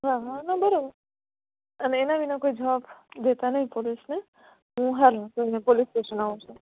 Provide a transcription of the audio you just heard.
હા હા ના આ બરાબર અને એના વિના કોઈ જવાબ દેતા નહીં પોલીસને હુ હાલો તમે પોલીસ સ્ટેસન આવું છું